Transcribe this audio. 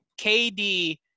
KD